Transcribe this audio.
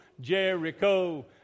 Jericho